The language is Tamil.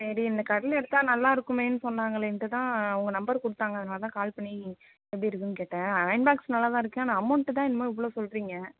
சரி இந்த கடலை எடுத்தால் நல்லாருக்குமேன்னு சொன்னாங்களேன்ட்டு தான் உங்கள் நம்பர் கொடுத்தாங்க அதனால தான் கால் பண்ணி எப்படி இருக்குன்னு கேட்டேன் அயர்ன் பாக்ஸ் நல்லா தான் இருக்கு ஆனால் அமௌன்ட்டு தான் என்னமோ இவ்வளோ சொல்லுறீங்க